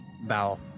bow